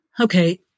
Okay